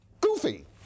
Goofy